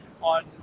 on